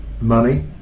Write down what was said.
money